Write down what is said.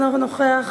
אינו נוכח,